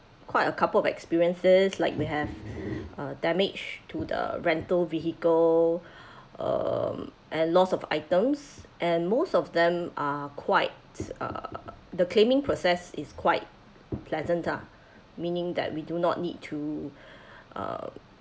quite a couple of experiences like we have a damage to the rental vehicle um and loss of items and most of them are quite uh the claiming process is quite pleasant ah meaning that we do not need to uh